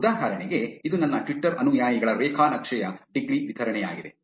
ಉದಾಹರಣೆಗೆ ಇದು ನನ್ನ ಟ್ವಿಟರ್ ಅನುಯಾಯಿಗಳ ರೇಖಾನಕ್ಷೆಯ ಡಿಗ್ರಿ ವಿತರಣೆಯಾಗಿದೆ